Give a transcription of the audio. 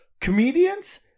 Comedians